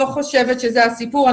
לא חושבת שזה הסיפור.